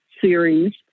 series